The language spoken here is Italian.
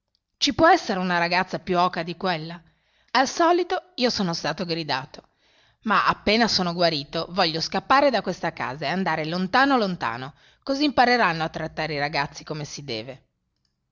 ci può essere una ragazza più oca di quella al solito io sono stato gridato ma appena sono guarito voglio scappare da questa casa e andare lontano lontano così impareranno a trattare i ragazzi come si deve